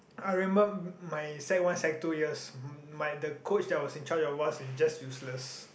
I remember my sec-one sec-two years uh my the coach that was in charge of is just useless